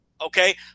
Okay